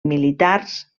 militars